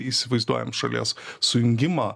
įsivaizduojam šalies sujungimą